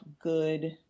good